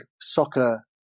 soccer